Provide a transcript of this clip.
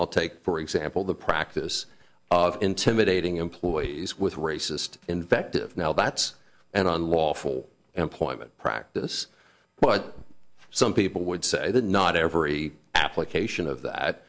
i'll take for example the practice of intimidating employees with racist invective now that's an unlawful employment practice but some people would say that not every application of that